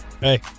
Hey